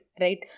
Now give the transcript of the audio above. right